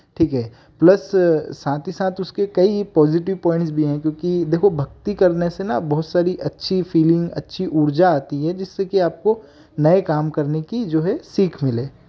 ठीक है प्लस साथ ही साथ उसके कई पॉजिटिव पॉइंट्स भी हैं क्योंकि देखो भक्ति करने से ना बहुत सारी अच्छी फीलिंग अच्छी ऊर्जा आती है जिससे कि आपको नए काम करने की जो है सीख मिले